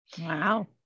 Wow